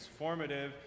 transformative